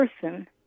person